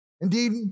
Indeed